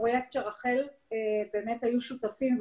רשות החירום